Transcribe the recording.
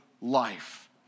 life